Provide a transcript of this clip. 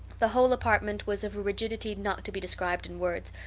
the whole apartment was of a rigidity not to be described in words,